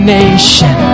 nation